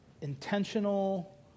intentional